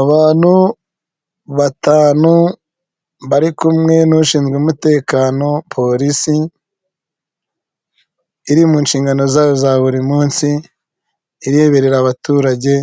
Abantu batanu bari kumwe n'ushinzwe umutekano porisi iri mu nshingano zayo za buri munsi, ireberera abaturage